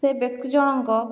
ସେ ବ୍ୟକ୍ତି ଜଣଙ୍କ